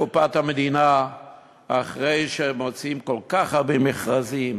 קופת המדינה אחרי שמוציאים כל כך הרבה מכרזים